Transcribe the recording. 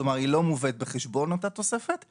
כלומר היא לא מובאת בחשבון אותה תוספת,